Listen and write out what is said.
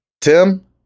Tim